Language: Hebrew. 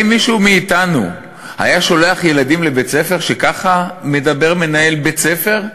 האם מישהו מאתנו היה שולח ילדים לבית-ספר שככה מדבר מנהל בית-הספר,